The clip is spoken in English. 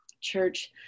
church